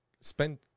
spend